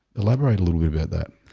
elaborate a little bit about that.